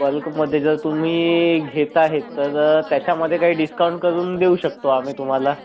बल्कमध्ये जर तुम्ही घेत आहेत तर त्याच्यामध्ये काही डिस्काउंट करून देऊ शकतो आम्ही तुम्हाला